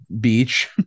beach